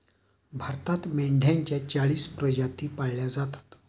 भारतात मेंढ्यांच्या चाळीस प्रजाती पाळल्या जातात